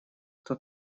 кто